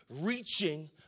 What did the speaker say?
Reaching